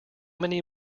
many